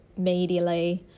medially